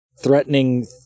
threatening